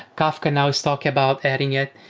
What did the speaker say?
kafka now is talking about adding it.